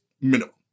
minimum